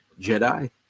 Jedi